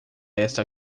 esta